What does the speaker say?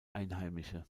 einheimische